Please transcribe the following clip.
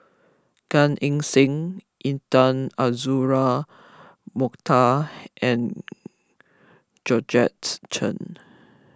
Gan Eng Seng Intan Azura Mokhtar and Georgette Chen